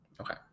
Okay